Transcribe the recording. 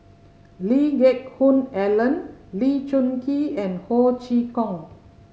Lee Geck Hoon Ellen Lee Choon Kee and Ho Chee Kong